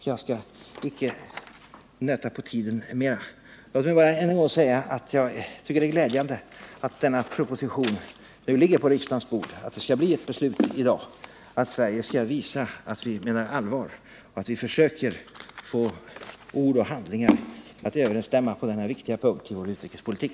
Jag skall inte nöta på tiden mera. Låt mig bara än en gång få säga, att jag tycker att det är glädjande att denna proposition nu ligger på riksdagens bord och att beslut skall fattas i dag om att Sverige skall visa att vi menar allvar och att vi försöker att få ord och handlingar att överensstämma på denna viktiga punkt i vår utrikespolitik.